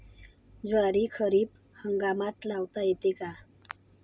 ज्वारी खरीप हंगामात लावता येते का?